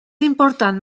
important